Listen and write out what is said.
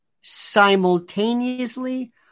simultaneously